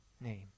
name